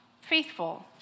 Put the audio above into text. Faithful